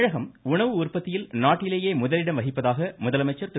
தமிழகம் உணவு உற்பத்தியில் நாட்டிலேயே முதலிடம் வகிப்பதாக முதலமைச்சர் திரு